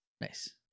Nice